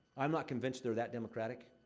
i'm not convinced they're that democratic.